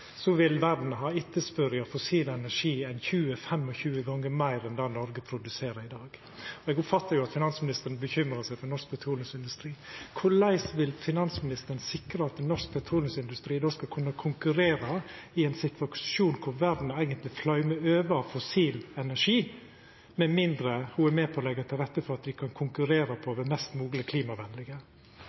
vil verda ha etterspurt 20–25 gonger meir fossil energi enn det Noreg produserer i dag. Eg oppfattar at finansministeren bekymrar seg for norsk petroleumsindustri. Korleis vil finansministeren sikra at norsk petroleumsindustri skal kunna konkurrera i ein situasjon der verda eigentleg flaumar over av fossil energi, med mindre ho er med på å leggja til rette for at me kan konkurrera på det mest mogleg klimavenlege?